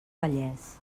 vallès